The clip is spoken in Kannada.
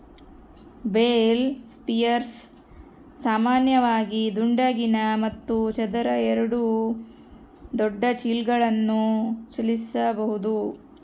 ಬೇಲ್ ಸ್ಪಿಯರ್ಸ್ ಸಾಮಾನ್ಯವಾಗಿ ದುಂಡಗಿನ ಮತ್ತು ಚದರ ಎರಡೂ ದೊಡ್ಡ ಬೇಲ್ಗಳನ್ನು ಚಲಿಸಬೋದು